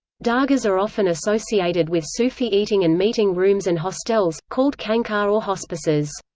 dargahs are often associated with sufi eating and meeting rooms and hostels, called khanqah or or hospices.